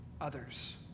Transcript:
others